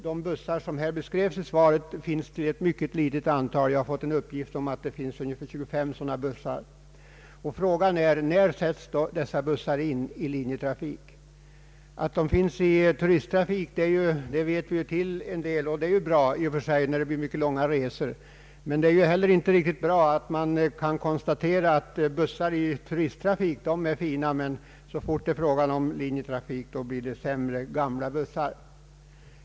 De bussar som beskrevs i svaret finns i mycket litet antal. Jag har fått uppgiften att det finns ungefär 25 sådana bussar. När sätts dessa bussar in i linjetrafik? Att de används i turisttrafik känner vi till, och det är bra i och för sig. Det är dock inte riktigt bra att man kan konstatera att bussar i turisttrafik är fina, men att så fort det är fråga om linjetrafik blir det sämre, gamla bussar.